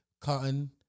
cotton